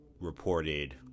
reported